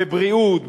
בבריאות,